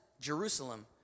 Jerusalem